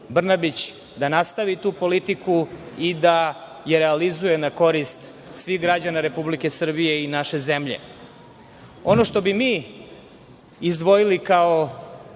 da nastavi tu politiku i da je realizuje u korist svih građana Republike Srbije i naše zemlje. Ono što bi mi izdvojili kao